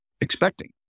expecting